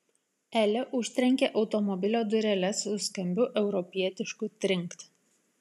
elė užtrenkė automobilio dureles su skambiu europietišku trinkt